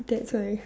that's why